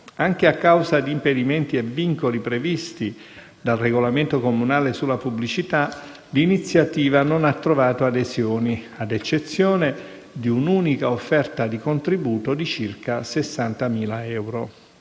Anche a causa di impedimenti e vincoli previsti dal regolamento comunale sulla pubblicità, l'iniziativa non ha trovato adesioni, ad eccezione di un'unica offerta di contributo di circa 60.000 euro.